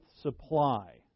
supply